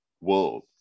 world